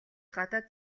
гадаад